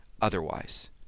otherwise